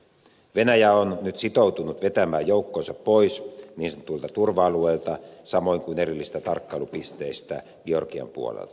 venäjä on nyt sitoutunut vetämään joukkonsa pois niin sanotuilta turva alueilta samoin kuin erillisistä tarkkailupisteistä georgian puolelta